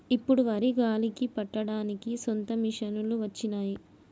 ఇప్పుడు వరి గాలికి పట్టడానికి సొంత మిషనులు వచ్చినాయి